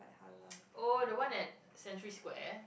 oh the one at Century-Square